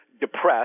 Depressed